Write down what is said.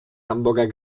hamburger